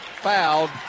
fouled